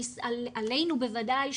עלינו בוודאי,